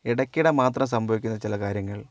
ഇടക്കിടെ മാത്രം സംഭവിക്കുന്ന ചില കാര്യങ്ങൾ